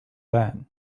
that